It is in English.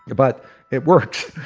but it works.